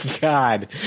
God